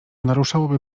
naruszałoby